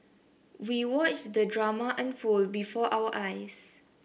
we watched the drama unfold before our eyes